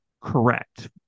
correct